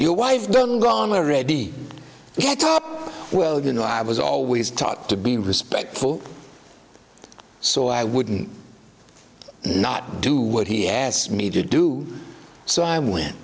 your wife been gone already well you know i was always taught to be respectful so i wouldn't not do what he asked me to do so i went